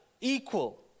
equal